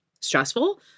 stressful